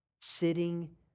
sitting